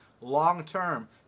long-term